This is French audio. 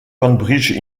cambridge